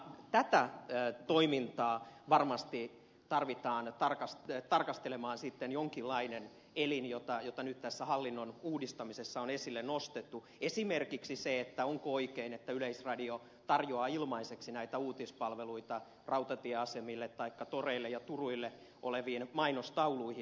tämän toiminnan tarkasteluun varmasti tarvitaan sitten jonkinlainen elin mitä nyt tässä hallinnon uudistamisessa on esille nostettu esimerkiksi sen tarkasteluun onko oikein että yleisradio tarjoaa ilmaiseksi näitä uutispalveluita rautatieasemilla taikka toreilla ja turuilla oleviin mainostauluihin